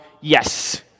yes